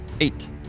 eight